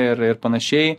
ir ir panašiai